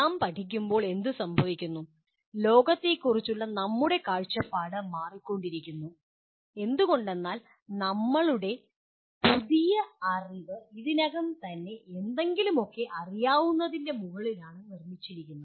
നാം പഠിക്കുമ്പോൾ എന്തുസംഭവിക്കുന്നു ലോകത്തെക്കുറിച്ചുള്ള നമ്മുടെ കാഴ്ചപ്പാട് മാറിക്കൊണ്ടിരിക്കുന്നു എന്തുകൊണ്ടെന്നാൽ നമ്മളുടെ പുതിയ അറിവ് ഇതിനകം തന്നെ എന്തെങ്കിലുമൊക്കെ അറിയാവുന്നതിൻ്റെ മുകളിലാണ് നിർമ്മിച്ചിരിക്കുന്നത്